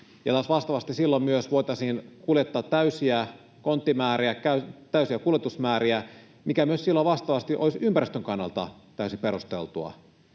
vastaavasti silloin myös voitaisiin kuljettaa täysiä konttimääriä, täysiä kuljetusmääriä, mikä myös silloin vastaavasti olisi ympäristön kannalta täysin perusteltua.